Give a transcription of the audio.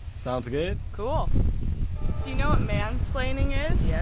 sounds good? cool do you know what mansplaining is? yeah